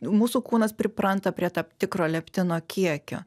mūsų kūnas pripranta prie tam tikro leptino kiekio